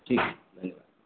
ठीक ठीक